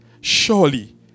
Surely